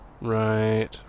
Right